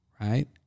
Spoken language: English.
Right